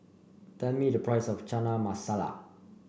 tell me the price of Chana Masala